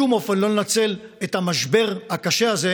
בשום אופן לא לנצל את המשבר הקשה הזה